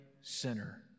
sinner